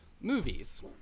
Movies